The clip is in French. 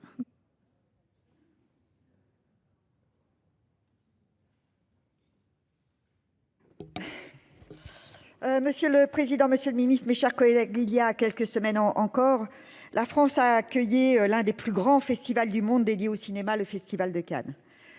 Monsieur le président, Monsieur le Ministre, mes chers collègues. Il y a quelques semaines encore, la France a accueilli l'un des plus grands festivals du monde dédié au cinéma, le festival de Cannes.